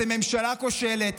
אתם ממשלה כושלת.